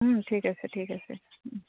ঠিক আছে ঠিক আছে